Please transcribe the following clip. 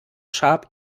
sharp